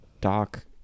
Doc